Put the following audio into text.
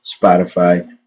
Spotify